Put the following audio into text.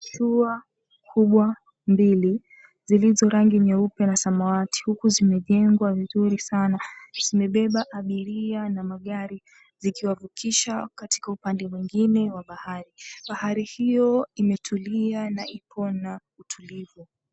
Mashua kubwa mbili zilizo rangi nyeupe na samawati huku zimejengwa vizuri sana, zimebeba abiria na magari zikiwavukisha katika upande mwingine wa bahari. Bahari hiyo imetulia na iko na utulivu.